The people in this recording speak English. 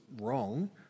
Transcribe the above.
wrong